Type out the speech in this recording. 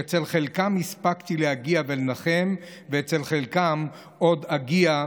שאל חלקן הספקתי להגיע ולנחם ואל חלקן עוד אגיע,